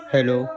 Hello